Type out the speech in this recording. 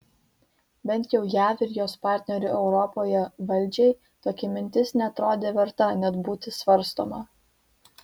bent jau jav ir jos partnerių europoje valdžiai tokia mintis neatrodė verta net būti svarstoma